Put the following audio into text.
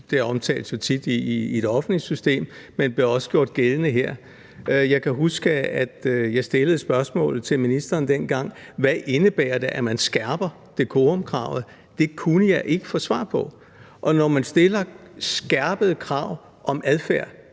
det omtales jo tit i det offentlige system, men blev også gjort gældende her. Jeg kan huske, at jeg stillede et spørgsmål til ministeren dengang om, hvad det indebærer, at man skærper dekorumkravet. Det kunne jeg ikke få svar på, og når man stiller skærpede krav om adfærd